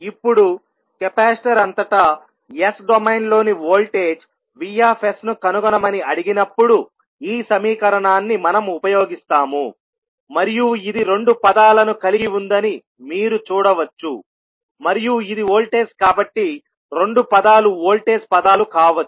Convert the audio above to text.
ఇప్పుడు కెపాసిటర్ అంతటా S డొమైన్లోని వోల్టేజ్ Vs ను కనుగొనమని అడిగినప్పుడు ఈ సమీకరణాన్ని మనము ఉపయోగిస్తాము మరియు ఇది రెండు పదాలను కలిగి ఉందని మీరు చూడవచ్చు మరియు ఇది వోల్టేజ్ కాబట్టి రెండు పదాలు వోల్టేజ్ పదాలు కావచ్చు